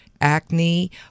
acne